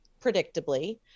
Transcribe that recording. predictably